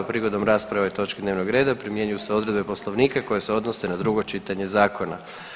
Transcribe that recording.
Prigodom rasprave o ovoj točki dnevnog reda primjenjuju se odredbe Poslovnika koje se odnose na drugo čitanje zakona.